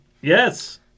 Yes